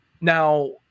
now